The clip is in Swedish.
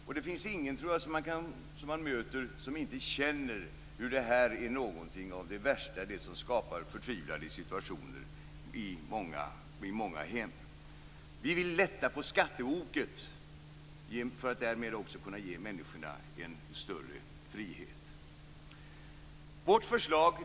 Man möter ingen som inte känner att detta är någonting av det värsta och något som skapar förtvivlade situationer i många hem. Vi vill lätta på skatteoket för att därmed också kunna ge människorna en större frihet.